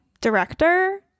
director